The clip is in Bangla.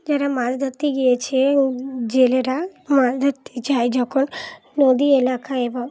যারা মাছ ধরতে গিয়েছে জেলেরা মাছ ধরতে চায় যখন নদী এলাকা এবং